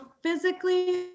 physically